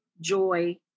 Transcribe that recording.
joy